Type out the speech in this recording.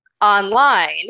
online